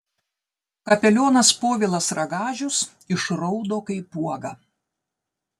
kapelionas povilas ragažius išraudo kaip uoga